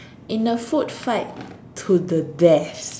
in the food fight to the deaths